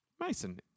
Mason